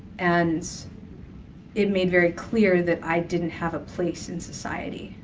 and it made very clear that i didn't have a place in society.